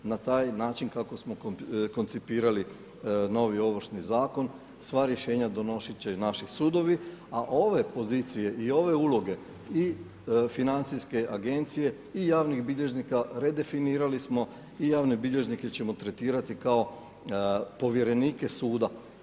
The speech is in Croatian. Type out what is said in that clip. Na taj način kako smo koncipirali novi Ovršni zakon, sva rješenja donositi će naši sudovi, a ove pozicije i ove uloge i financijske agencije i javnih bilježnika redefinirali smo i javne bilježnike ćemo tretirati kao povjerenike suda.